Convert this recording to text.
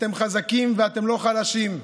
אתם חזקים ואתם לא חלשים,